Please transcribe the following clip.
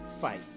fight